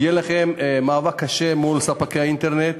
יהיה לכן מאבק קשה מול ספקי האינטרנט.